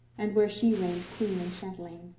and where she reigned queen and chatelaine.